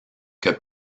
que